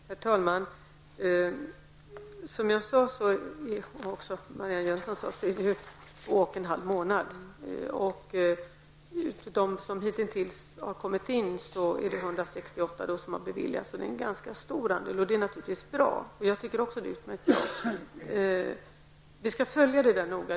Herr talman! Som sagts här har lagstiftningen varit i kraft under två och en halv månad. Och av de ansökningar som hittills har inkommit har 168 beviljats, vilket är en ganska stor andel, och det är naturligtvis bra. Regeringen skall följa utvecklingen noga.